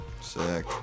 Sick